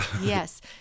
Yes